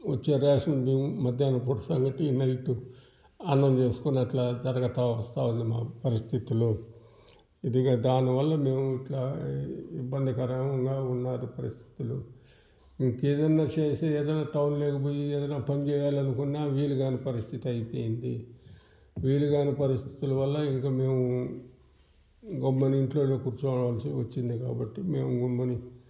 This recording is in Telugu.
వచ్చే రేషన్ బియ్యం మధ్యాహ్నం పూట సంగటి నైట్ అన్నం చేసుకొని అట్లా జరగతు వస్తు ఉంది మాకు పరిస్థితులు ఇది కదా దానివల్ల మేము ఇట్లా ఇబ్బందికరంగా ఉన్నది పరిస్థితులు ఇంకా ఏదైనా చేసి ఏదైనా టౌన్లోకి పోయి ఏదైనా పని చేయాలనుకున్న వీలుకానీ పరిస్థితి అయిపోయింది వీలుకానీ పరిస్థితుల వల్ల ఇంక మేము గమ్మున ఇంట్లో కూర్చోవాల్సి వచ్చింది కాబట్టి మేము గమ్ముని